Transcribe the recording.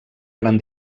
gran